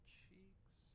cheeks